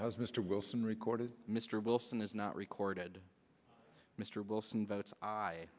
no mr wilson recorded mr wilson is not recorded mr wilson votes